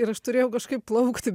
ir aš turėjau kažkaip plaukti